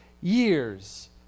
years